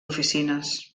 oficines